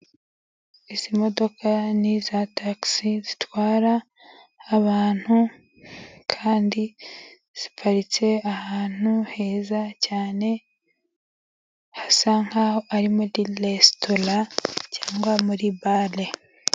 Izi modoka ni iza tagisi zitwara abantu, kandi ziparitse ahantu heza cyane, hasa nk'aho harimo resitora cyangwa muri bare.